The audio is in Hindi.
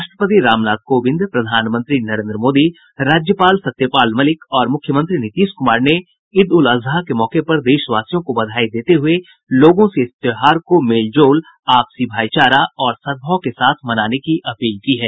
राष्ट्रपति रामनाथ कोविंद प्रधानमंत्री नरेन्द्र मोदी राज्यपाल सत्यपाल मलिक और मुख्यमंत्री नीतीश कुमार ने ईद उल अजहा के मौके पर देशवासियों को बधाई देते हुये लोगों से इस त्योहार को मेल जोल आपसी भाईचारा और सद्भाव के साथ मनाने की अपील की है